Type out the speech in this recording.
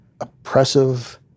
oppressive